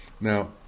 Now